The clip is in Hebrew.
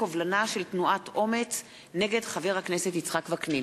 קובלנה של תנועת אומ"ץ נגד חבר הכנסת יצחק וקנין.